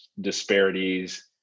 disparities